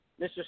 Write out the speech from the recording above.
Mr